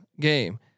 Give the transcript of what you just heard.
game